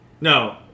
No